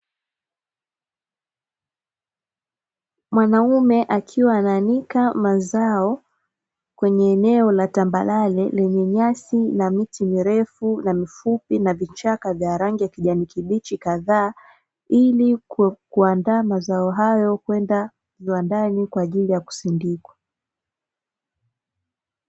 Mwanaume akiwa anaanika mazao, kwenye eneo la tambarare lenye nyasi na miti mirefu na mifupi na vichaka vya rangi ya kijani kibichi kadhaa, ili kuandaa mazao hayo kwenda viwandani kwa ajili ya kusindikwa.